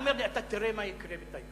הוא אומר לי: אתה תראה מה יקרה בטייבה,